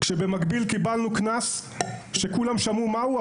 כשבמקביל קיבלנו קנס שכולם שמעו מה הוא.